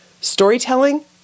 storytelling